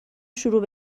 شروع